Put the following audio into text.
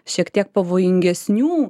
šiek tiek pavojingesnių